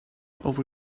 over